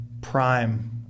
prime